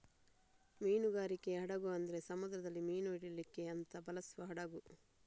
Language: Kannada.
ಮೀನುಗಾರಿಕೆ ಹಡಗು ಅಂದ್ರೆ ಸಮುದ್ರದಲ್ಲಿ ಮೀನು ಹಿಡೀಲಿಕ್ಕೆ ಅಂತ ಬಳಸುವ ಹಡಗು